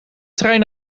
trein